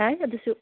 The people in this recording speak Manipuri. ꯌꯥꯏ ꯑꯗꯨꯁꯨ